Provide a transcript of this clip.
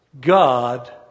God